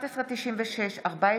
1196/23,